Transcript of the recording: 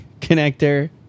connector